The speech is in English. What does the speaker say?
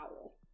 owl